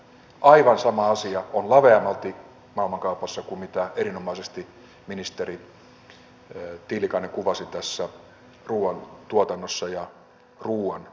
aivan sama asia on laveammalti maailmankaupassa kuin minkä erinomaisesti ministeri tiilikainen kuvasi ruoantuotannossa ja ruoan vapaakaupassa olevan